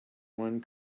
one